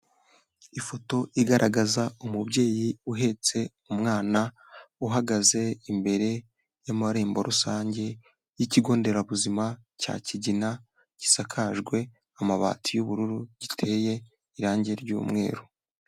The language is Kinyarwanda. Ifoto igaragaza umubyeyi uhetse umwana, uhagaze imbere y'amarembo rusange y'ikigo nderabuzima cya Kigina gisakajwe amabati y'ubururu, giteye irange ry'umweru.